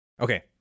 Okay